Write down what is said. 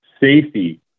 safety